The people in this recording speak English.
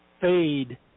fade